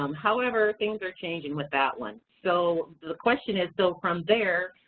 um however, things are changing with that one. so the question is, so from there,